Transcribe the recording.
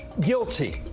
Guilty